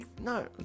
no